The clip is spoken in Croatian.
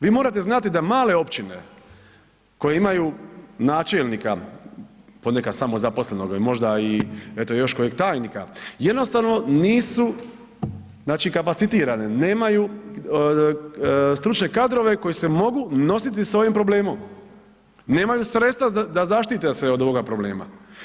Vi morate znati da male općine koje imaju načelnika, po nekad samo zaposlenoga ili možda i eto još kojeg tajnika jednostavno nisu znači kapacitirani, nemaju stručne kadrove koji se mogu nositi s ovim problemom, nemaju sredstva da zaštite se od ovoga problema.